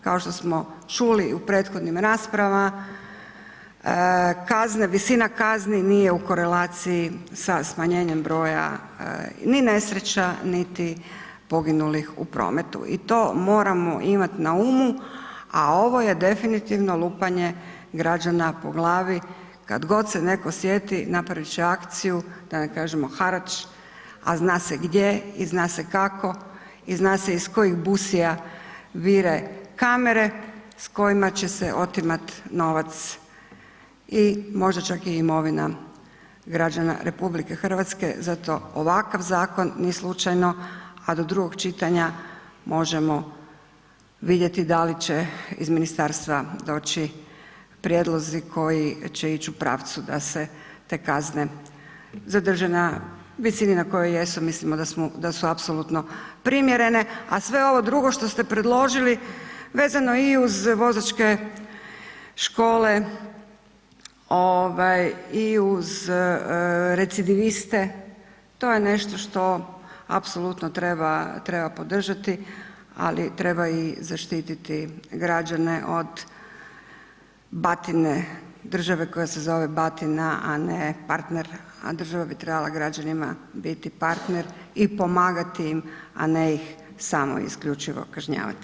Kao što smo čuli u prethodnim rasprava, kazne, visina kazni nije u korelaciji sa smanjenjem broja ni nesreća niti poginulih u prometu i to moramo imati na umu, a ovo je definitivno lupanje građana po glavi kad god se neko sjeti napravit će akciju, da ne kažemo harač, a zna se gdje i zna se kako i zna se iz kojeg busija vire kamere s kojima će se otimati novac i možda čak i imovina građana RH zato ovakav zakon ni slučajno, a do drugog čitanja možemo vidjeti da li će iz ministarstva doći prijedlozi koji će ić u pravcu da se te kazne zadrže na visini na kojoj jesu, mislimo da su apsolutno primjerene, a sve ovo drugo što ste predložili, vezano i uz vozačke škole i uz recidiviste, to je nešto što apsolutno treba, treba podržati, ali treba i zaštititi građane od batine države koja se zove batina, a ne partner, a država bi trebala građanima biti partner i pomagati im, a ne ih samo isključivo kažnjavati.